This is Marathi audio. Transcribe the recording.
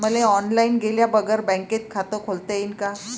मले ऑनलाईन गेल्या बगर बँकेत खात खोलता येईन का?